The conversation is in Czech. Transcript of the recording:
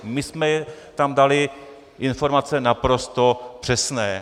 My jsme tam dali informace naprosto přesné!